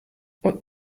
und